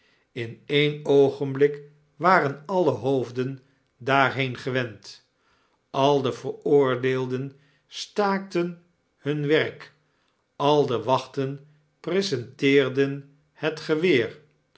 in een oogenblik waren alle hoofden daarheen gewend al de veroordeelden staakten hun werk al de wachten presenteerden het geweer